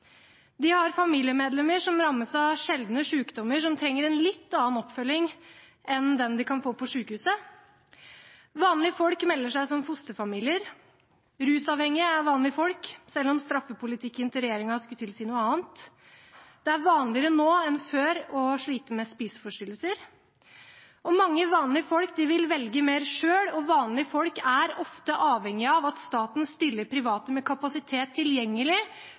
De har familiemedlemmer som rammes av sjeldne sykdommer, og som trenger en litt annen oppfølging enn den de kan få på sykehuset. Vanlige folk melder seg som fosterfamilier. Rusavhengige er vanlige folk, selv om straffepolitikken til regjeringen skulle tilsi noe annet. Det er vanligere nå enn før å slite med spiseforstyrrelser. Mange vanlige folk vil velge mer selv, og vanlige folk er ofte avhengige av at staten stiller private med kapasitet tilgjengelig